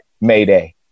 mayday